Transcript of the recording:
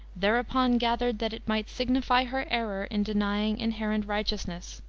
thereupon gathered that it might signify her error in denying inherent righteousness.